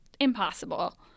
impossible